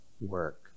work